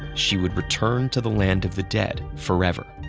she would return to the land of the dead forever.